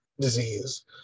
disease